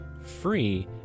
free